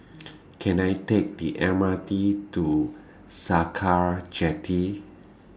Can I Take The M R T to Sakra Jetty